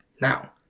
Now